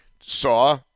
saw